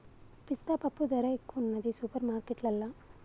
పిస్తా పప్పు ధర ఎక్కువున్నది సూపర్ మార్కెట్లల్లా